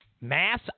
mass